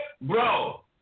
bro